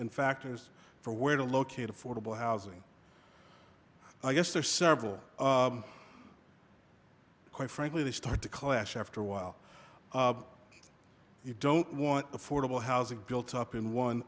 and factors for where to locate affordable housing i guess there are several quite frankly they start to clash after a while you don't want affordable housing built up in one